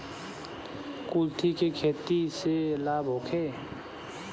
कुलथी के खेती से लाभ होखे?